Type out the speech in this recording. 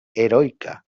heroica